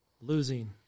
Losing